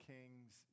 Kings